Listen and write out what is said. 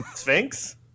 Sphinx